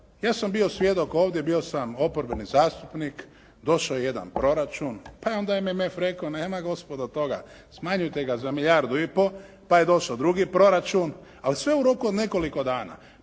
ja sam bio svjedok ovdje. Bio sam oporbeni zastupnik. Došao je jedan proračun. Pa je onda MMF rekao nema gospodo toga. Smanjujte ga za milijardu i pol. Pa je došao drugi proračun, ali sve u roku od nekoliko dana.